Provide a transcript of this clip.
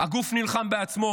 הגוף נלחם בעצמו.